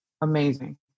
amazing